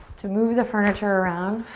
to move the furniture around